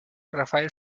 rafael